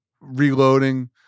reloading